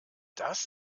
das